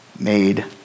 Made